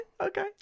okay